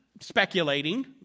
speculating